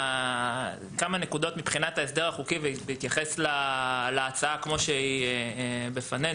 כמה נקודות מבחינת ההסדר החוקי בהתייחס להצעה כמו שהיא בפנינו.